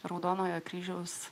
raudonojo kryžiaus